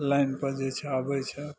लाइनपर जे छै आबय छै